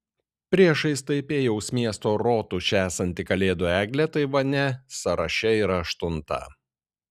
priešais taipėjaus miesto rotušę esanti kalėdų eglė taivane sąraše yra aštunta